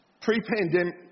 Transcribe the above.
Pre-pandemic